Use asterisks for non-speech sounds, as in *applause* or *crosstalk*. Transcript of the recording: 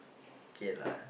*noise* K lah